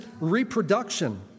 reproduction